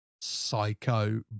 psycho